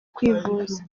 kwivuza